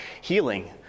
healing